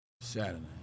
saturday